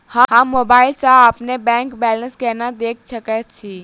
हम मोबाइल सा अपने बैंक बैलेंस केना देख सकैत छी?